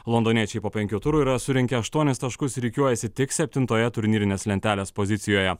londoniečiai po penkių turų yra surinkę aštuonis taškus rikiuojasi tik septintoje turnyrinės lentelės pozicijoje